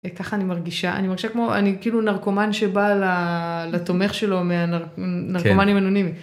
ככה אני מרגישה, אני מרגישה כמו אני כאילו נרקומן שבא לתומך שלו מהנרקומנים אנונימיים.